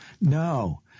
No